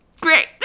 Great